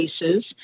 cases